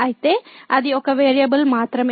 అయితే అది ఒక వేరియబుల్ మాత్రమే